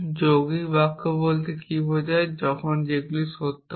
যৌগিক বাক্য বলতে কী বোঝায় যখন সেগুলি সত্য হয়